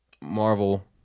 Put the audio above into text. marvel